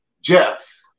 Jeff